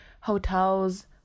hotels